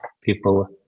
people